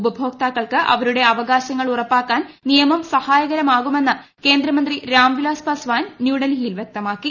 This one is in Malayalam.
ഉപഭോക്താക്കൾക്ക് അവരുടെ അവകാശങ്ങൾ ഉറപ്പാക്കാൻ നിയമം സഹായകരമാകുമെന്ന് കേന്ദ്രമന്ത്രി രാംവിലാസ് പാസ്വാൻ ന്യൂഡൽഹിയിൽ വ്യക്തമാക്കി